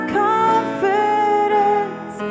confidence